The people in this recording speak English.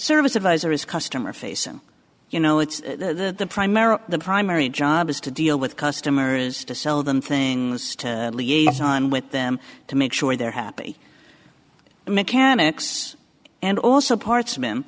service advisor is customer facing you know it's the primary the primary job is to deal with customers to sell them things to liaison with them to make sure they're happy mechanics and also parts